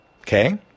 Okay